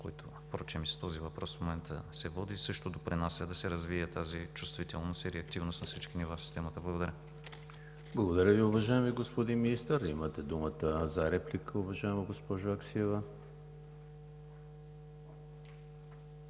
който впрочем и с този въпрос в момента се води, също допринася да се развие тази чувствителност и реактивност на всички нива в системата. Благодаря. ПРЕДСЕДАТЕЛ ЕМИЛ ХРИСТОВ: Благодаря Ви, уважаеми господин Министър. Имате думата за реплика, уважаема госпожо Аксиева.